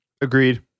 Agreed